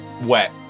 wet